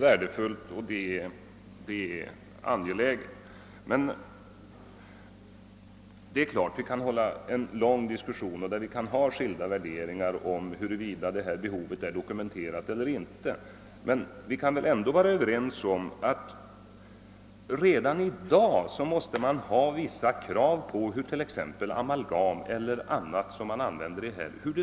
Vi kan naturligtvis ha skilda värderingar om huruvida behovet av detta institut är dokumenterat eller inte. Men vi kan väl vara överens om att man redan i dag måste ha vissa krav på hur t.ex. amalgam